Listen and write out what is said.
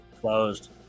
closed